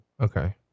Okay